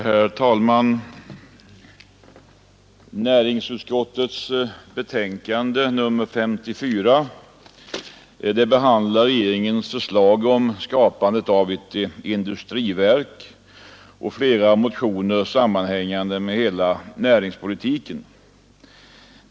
Herr talman! Näringsutskottets betänkande nr 54 behandlar regeringens förslag om tillskapandet av ett industriverk, och likaså behandlar det motioner som sammanhänger med hela näringspolitiken.